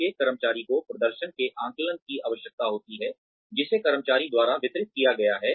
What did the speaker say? प्रत्येक कर्मचारी को प्रदर्शन के आकलन की आवश्यकता होती है जिसे कर्मचारी द्वारा वितरित किया गया है